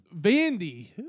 Vandy